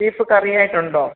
beef കറിയായിട്ടുണ്ടോ